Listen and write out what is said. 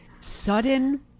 Sudden